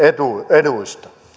eduista